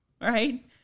Right